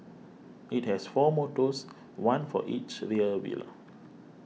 it has four motors one for each rear wheel